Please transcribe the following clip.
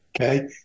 Okay